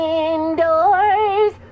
indoors